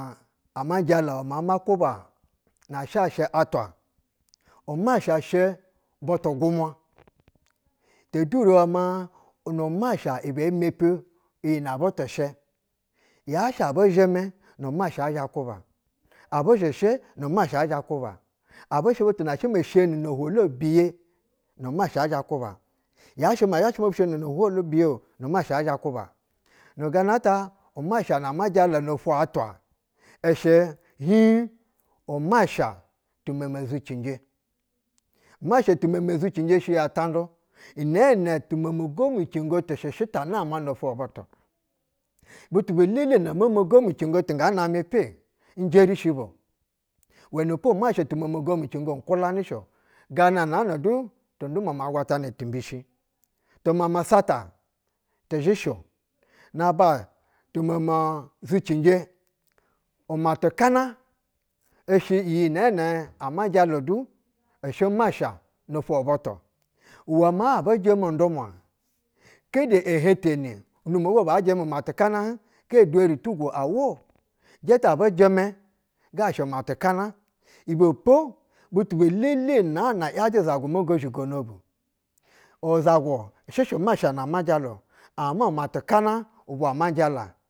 Aɧ ama jalo maa kwuba na shashɛ atwa umasha shɛ butugu uwa tedure wɛ ma mi masha ibɛ emppi iyi nɛ butu shɛ, yashɛ abu zhɛmɛ nu masha zha kwuba, abu zhɛshɛ nu masha ɛzhɛ kwuba. Abu shɛ butu baduma gosle iya no hwolu-ebiye, nu masha ɛzhɛ kwuba, yashɛ inɛ bwɛ shɛ ma bu shieni no now biye-o, nu masha ɛzhɛ kwuba. Nu gana umasha na amajala nofwo atwa ishɛ hiɧ umasha tu meme zucinje. Tume me zucinje shɛ yi atanƌu nɛɛnɛ m emo mo gomicingo tɛshɛshɛ ta nama nofwo butu butu be lele na momo gorincindo tu namɛ epe n jerishi bu-o. Uwɛnɛpo masha tu mo gomicingo n kwulanɛ shɛ-o. Ganana du ndumwa ma yuatana ti mbishi. Tu ma sata tu zhɛshɛ-o. Naba tumozaicinje, umatikana ishɛ iyi nɛɛnɛ ama jala du ishɛ masha nofwo butu uwɛ maa abu jɛmɛ nƌumwa kedi eheɧteni ndumwa go baa jɛmɛ umatikana hɧ? Ge dweri tugwo, awo ijɛtɛ abu gɛmɛ ga shɛ matikana. Ibepo butu belele naa na yajɛ zagu, mo gozhigono bu. Uzagu shɛshɛ masha na ama jala-o. Ama matika uhwa ama jala.